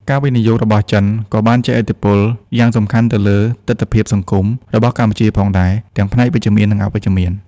ការវិនិយោគរបស់ចិនក៏បានជះឥទ្ធិពលយ៉ាងសំខាន់ទៅលើទិដ្ឋភាពសង្គមរបស់កម្ពុជាផងដែរ ទាំងផ្នែកវិជ្ជមាន និងអវិជ្ជមាន។